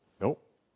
Nope